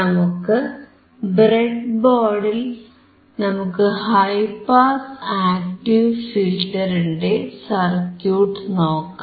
നമുക്ക് ബ്രെഡ്ബോർഡിൽ നമുക്ക് ഹൈ പാസ് ആക്ടീവ് ഫിൽറ്ററിന്റെ സർക്യൂട്ട് നോക്കാം